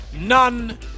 None